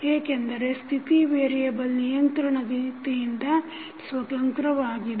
ಏಕೆಂದರೆ ಸ್ಥಿತಿ ವೇರಿಯೆಬಲ್ ನಿಯಂತ್ರಣತೆಯಿಂದ ಸ್ವತಂತ್ರವಾಗಿದೆ